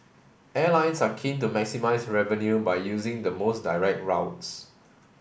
airlines are keen to maximise revenue by using the most direct routes